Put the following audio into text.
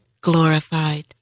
glorified